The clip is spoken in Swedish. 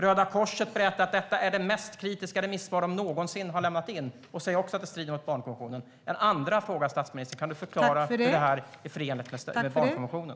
Röda Korset berättar att detta är det mest kritiska remissvar de någonsin har lämnat in och säger också att det strider mot barnkonventionen. Min andra fråga, statsministern, är: Kan du förklara hur det här är förenligt med barnkonventionen?